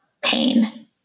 pain